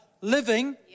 living